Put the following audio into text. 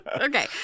Okay